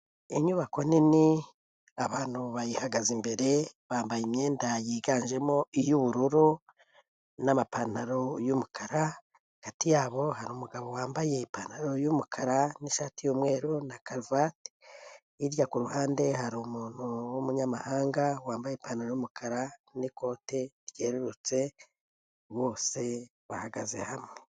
Inyubako nini abantu bayihagaze imbere bambaye imyenda yiganjemo iy'ubururu n'amapantaro y'umukara, hagati yabo hari umugabo wambaye ipantaro y'umukara n'ishati y'umweru na karuvati, hirya ku ruhande hari umuntu w'umunyamahanga wambaye ipantaro y'umukara n'ikote ryererutse bose bahagaze hamwe.